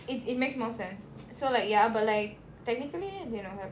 it it makes more sense so like ya but like technically you know